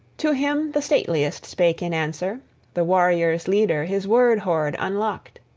to him the stateliest spake in answer the warriors' leader his word-hoard unlocked